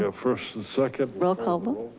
ah first, second. roll call vote.